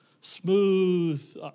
smooth